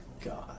God